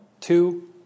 two